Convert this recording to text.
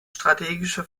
strategische